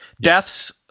Deaths